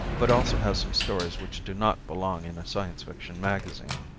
but also has some stories which do not belong in a science fiction magazine.